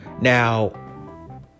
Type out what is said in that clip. Now